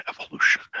Evolution